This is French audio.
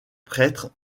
prêtres